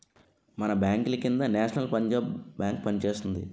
మన బాంకుల కింద నేషనల్ పంజాబ్ బేంకు పనిచేస్తోంది